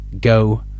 go